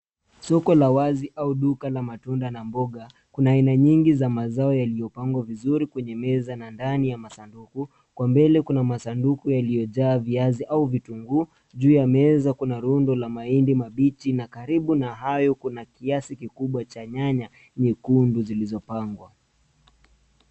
Soko la wazi au duka la matunda na mboga. Kuna aina nyingi za mazao yaliyopangwa vizuri kwenye meza na ndani ya masanduku. Kwa mbele kuna masanduku yaliyojaa viazi au vitunguu. Juu ya meza kuna rundo la mahindi mabichi na karibu na hayo kuna kiasi kikubwa cha nyanya nyekundu zilizopangwa.